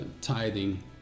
tithing